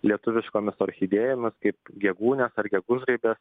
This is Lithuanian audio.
lietuviškomis orchidėjomis kaip gegūnės ar gegužraibės